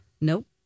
Nope